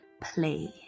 play